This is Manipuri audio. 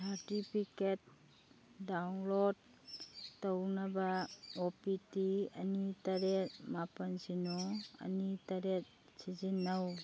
ꯁꯥꯔꯇꯤꯐꯤꯀꯦꯠ ꯗꯥꯎꯟꯂꯣꯗ ꯇꯧꯅꯕ ꯑꯣ ꯇꯤ ꯄꯤ ꯑꯅꯤ ꯇꯔꯦꯠ ꯃꯥꯄꯜ ꯁꯤꯅꯣ ꯑꯅꯤ ꯇꯔꯦꯠ ꯁꯤꯖꯤꯟꯅꯧ